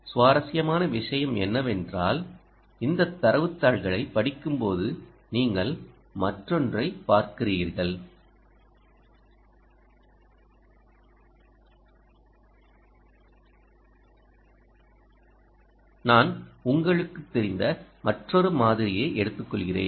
சுவாரஸ்யமான விஷயம் என்னவென்றால் இந்த தரவுத் தாள்களைப் படிக்கும்போது நீங்கள் மற்றொன்றை பார்க்கிறீர்கள் நான் உங்களுக்குத் தெரிந்த மற்றொரு மாதிரியை எடுத்துக்கொள்கிறேன்